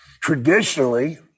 traditionally